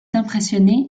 impressionné